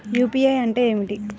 UPI అంటే ఏమిటీ?